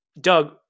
Doug